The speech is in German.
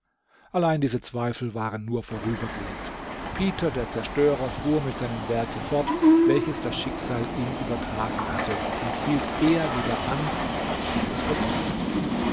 allein diese zweifel waren nur vorübergehend peter der zerstörer fuhr mit seinem werke fort welches das schicksal ihm übertragen hatte und hielt eher wieder an als bis es vollendet war